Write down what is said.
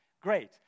Great